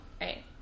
Right